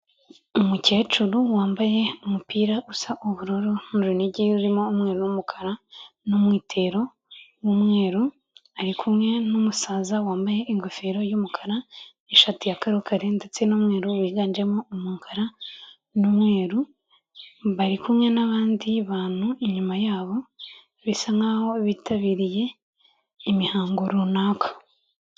Umukecuru wambaye umupira usa ubururu n'urunigi rurimo umweru n'umukara n'umwitero w'umweru, ari kumwe n'umusaza wambaye ingofero y'umukara n'ishati ya karokaro ndetse n'umweru wiganjemo umukara n'umweru, bari kumwe n'abandi bantu inyuma yabo, bisa nk'aho bitabiriye imihango runaka.